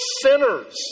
sinners